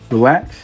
Relax